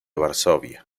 varsovia